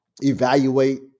evaluate